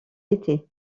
été